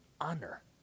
honor